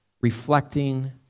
reflecting